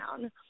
down